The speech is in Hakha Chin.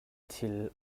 thil